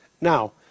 Now